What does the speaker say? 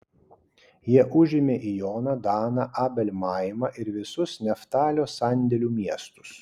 jie užėmė ijoną daną abel maimą ir visus neftalio sandėlių miestus